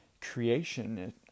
creation